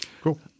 cool